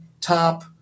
top